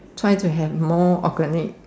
try to have more organic